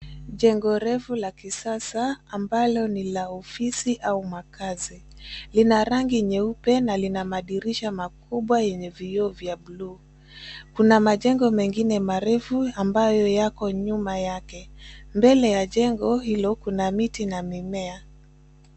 Jengo refu la kisasa ambalo ni la ofisi au makazi. Lina rangi nyeupe na lina madirisha makubwa yenye vioo vya bluu. Kuna majengo mengine marefu ambayo yako nyuma yake. Mbele ya jengo hilo kuna miti na mimea.